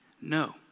no